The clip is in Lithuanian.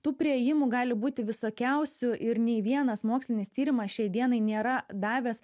tų priėjimų gali būti visokiausių ir nei vienas mokslinis tyrimas šiai dienai nėra davęs